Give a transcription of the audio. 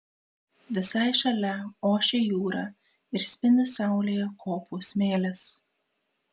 visai šalia ošia jūra ir spindi saulėje kopų smėlis